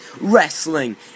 wrestling